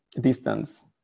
distance